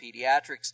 Pediatrics